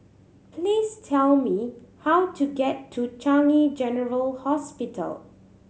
please tell me how to get to Changi General Hospital